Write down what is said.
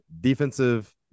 defensive